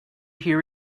hear